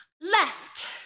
Left